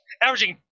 averaging